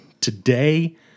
today